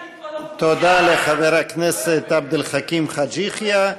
תודה לחבר הכנסת עבד אל חכים חאג' יחיא.